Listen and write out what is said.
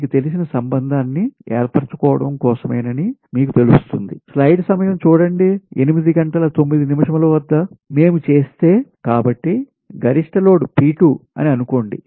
మీకు తెలిసిన సంబంధాన్ని ఏర్పరచుకోవడం కోసమేనని మీకు తెలుస్తుంది మేము చేస్తే కాబట్టి గరిష్ట లోడ్ P2 అని అనుకోండి